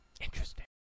interesting